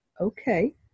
okay